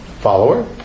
follower